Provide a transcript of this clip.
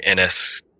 NS